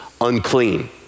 unclean